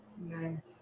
Nice